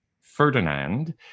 Ferdinand